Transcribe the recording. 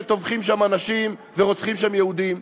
שטובחים שם אנשים ורוצחים שם יהודים,